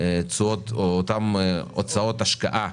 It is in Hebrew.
תשואות או אותן הוצאות השקעה